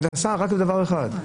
זה נעשה רק למטרה אחת,